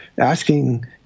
asking